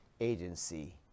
agency